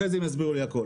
אחר כך הם יסבירו לי הכול.